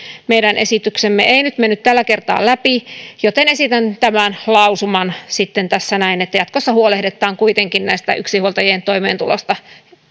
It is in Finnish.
meidän esityksemme ei nyt mennyt tällä kertaa läpi joten esitän tämän lausuman sitten tässä näin että jatkossa huolehditaan kuitenkin yksinhuoltajien toimeentulosta